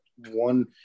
one